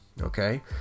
okay